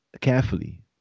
carefully